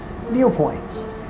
viewpoints